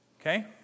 Okay